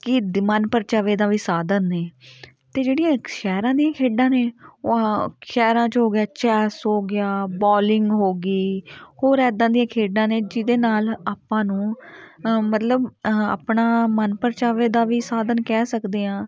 ਕਿ ਦ ਮਨ ਪਰਚਾਵੇ ਦਾ ਵੀ ਸਾਧਨ ਨੇ ਅਤੇ ਜਿਹੜੀਆਂ ਇੱਕ ਸ਼ਹਿਰਾਂ ਦੀਆਂ ਖੇਡਾਂ ਨੇ ਉਹ ਉਹ ਸ਼ਹਿਰਾਂ 'ਚ ਹੋ ਗਿਆ ਚੈੱਸ ਹੋ ਗਿਆ ਬੋਲਿੰਗ ਹੋ ਗਈ ਹੋਰ ਐਦਾਂ ਦੀਆਂ ਖੇਡਾਂ ਨੇ ਜਿਹਦੇ ਨਾਲ ਆਪਾਂ ਨੂੰ ਮਤਲਬ ਆਪਣਾ ਮਨ ਪਰਚਾਵੇ ਦਾ ਵੀ ਸਾਧਨ ਕਹਿ ਸਕਦੇ ਹਾਂ